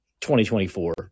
2024